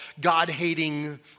God-hating